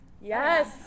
Yes